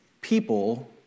people